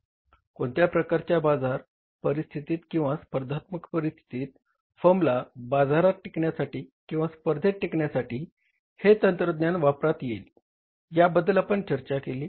कोणत्या प्रकारच्या बाजार परिस्थितीत किंवा स्पर्धात्मक परिस्थितीत फर्मला बाजारात टिकण्यासाठी किंवा स्पर्धेत टिकण्यासाठी हे तंत्रज्ञान वापरता येईल याबद्दल आपण चर्चा केली